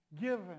Given